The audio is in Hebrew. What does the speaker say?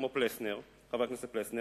כמו חבר הכנסת פלסנר,